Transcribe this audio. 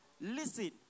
Listen